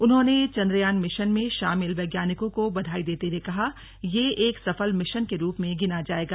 उन्होंने चंद्रयान मिशन में शामिल वैज्ञानिकों को बधाई देते हुए कहा यह एक सफल मिशन के रूप में गिना जाएगा